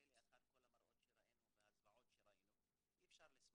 לאחר כל המראות שרינו והזוועות שראינו אי אפשר לסמוך.